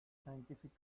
scientific